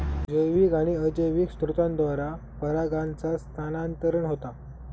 जैविक आणि अजैविक स्त्रोतांद्वारा परागांचा स्थानांतरण होता